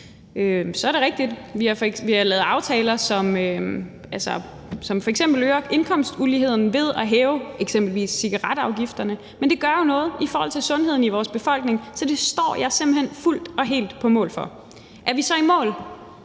Så er det rigtigt, at vi har lavet aftaler, som f.eks. øger indkomstuligheden, ved eksempelvis at hæve cigaretafgifterne, men det gør jo noget i forhold til sundheden i vores befolkning, så det står jeg simpelt hen fuldt og helt på mål for. Er vi så i mål?